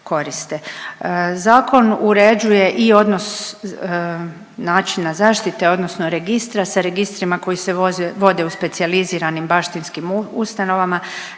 Zakon uređuje i odnos načina zaštite odnosno registra sa registrima koji se vode u specijaliziranim baštinskim ustanovama,